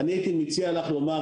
אני הייתי מציע לך לומר,